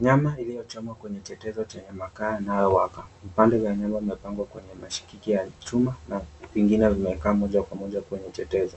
Nyama iliyochomwa kwenye chetezo chenye makaa yanayowaka vipande vya nyama vimepangwa kwenye mashikiki ya chuma na vingine vimekaa moja kwa moja kwenye chetezo,